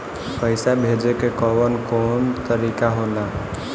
पइसा भेजे के कौन कोन तरीका होला?